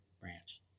branch